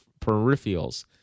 peripherals